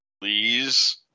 please